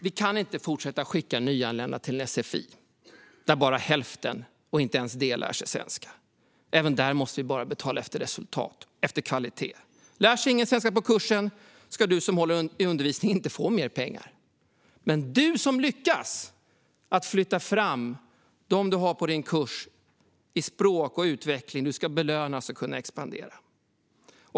Vi kan inte fortsätta att skicka nyanlända till sfi, där inte ens hälften lär sig svenska. Även där måste vi betala efter resultat och kvalitet. Lär sig ingen svenska på kursen ska den som håller i undervisningen inte få mer pengar. Men den som lyckas flytta fram dem som går kursen i språk och utveckling ska belönas och kunna expandera.